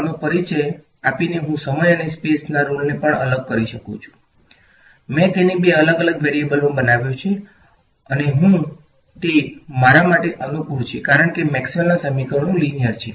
આનો પરિચય આપીને હું સમય અને સ્પેસની રોલને પણ અલગ કરી રહ્યો છું મેં તેને બે અલગ અલગ વેરીએબલ્સમા બનાવ્યો છે અને હું તે મારા માટે અનુકૂળ છે કારણ કે મેક્સવેલના સમીકરણો લીનીયર છે